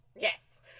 Yes